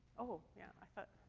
oh. yeah. i thought